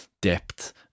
depth